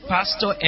Pastor